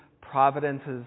providences